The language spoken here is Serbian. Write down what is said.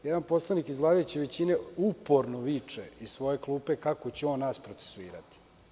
Jedan poslanik iz vladajuće većine uporno viče iz svoje klupe kako će on nas procesuirati.